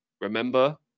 Remember